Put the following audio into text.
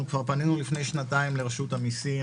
אנחנו כבר פנינו לפני שנתיים לרשות המסים,